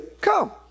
come